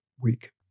week